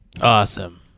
Awesome